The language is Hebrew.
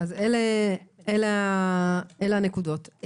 אלה הנקודות.